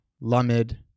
Lamed